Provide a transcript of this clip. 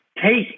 Take